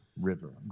River